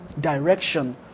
direction